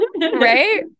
Right